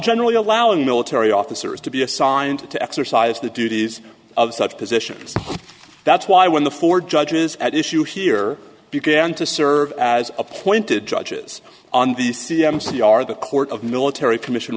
generally allowing military officers to be assigned to exercise the duties of such positions that's why when the four judges at issue here because and to serve as appointed judges on the c m c are the court of military commission